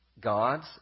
God's